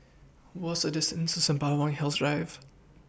What's The distance to Sembawang Hills Drive